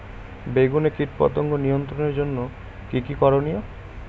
বেগুনে কীটপতঙ্গ নিয়ন্ত্রণের জন্য কি কী করনীয়?